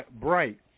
bright